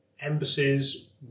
embassies